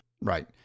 right